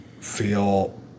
feel